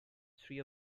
three